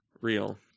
real